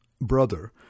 brother